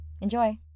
Enjoy